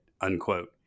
Unquote